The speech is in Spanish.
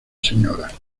sra